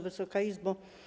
Wysoka Izbo!